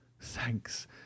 Thanks